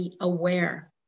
aware